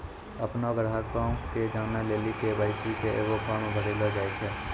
अपनो ग्राहको के जानै लेली के.वाई.सी के एगो फार्म भरैलो जाय छै